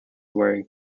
wearing